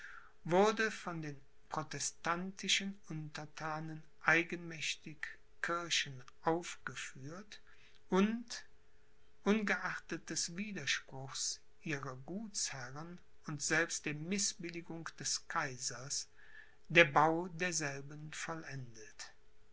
wurden von den protestantischen unterthanen eigenmächtig kirchen aufgeführt und ungeachtet des widerspruchs ihrer gutsherren und selbst der mißbilligung des kaisers der bau derselben vollendet